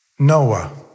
Noah